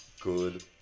good